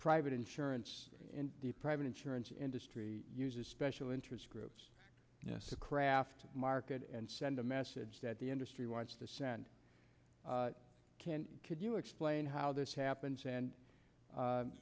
private insurance in the private insurance industry uses special interest groups yes to craft market and send a message that the industry wants to send can't could you explain how this happens and